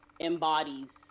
embodies